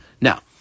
Now